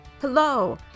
Hello